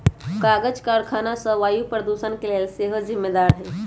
कागज करखना सभ वायु प्रदूषण के लेल सेहो जिम्मेदार हइ